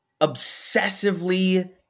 obsessively